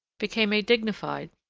became a dignified,